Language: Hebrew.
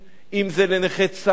אם זה לנכי צה"ל,